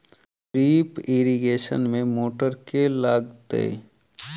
Drip irrigation मे motor केँ लागतै?